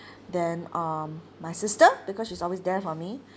then um my sister because she's always there for me